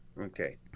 Okay